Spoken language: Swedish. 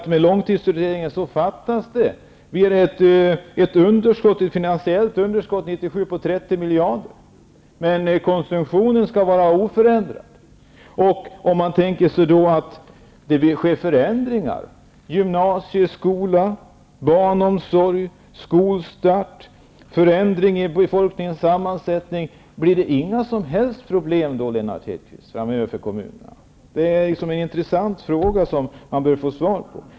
I långtidsutredningen finns det ett finansiellt underskott 1997 på 30 miljarder kronor, men konsumtionen skall vara oförändrad. Om man tänker sig att det sker förändringar -- i fråga om gymnasieskolan, barnomsorgen, skolstarten, befolkningens sammansättning -- blir det då inga som helst problem framöver för kommunerna, Lennart Hedquist? Det är en intressant fråga som man bör få svar på.